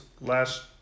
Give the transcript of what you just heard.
last